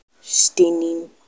staining